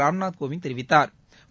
ராம்நாத் கோவிந்த் தெரிவித்தாா்